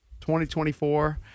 2024